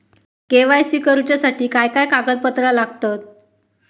KYC करूच्यासाठी काय कागदपत्रा लागतत?